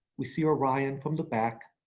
we see orion from the back,